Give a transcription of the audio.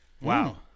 Wow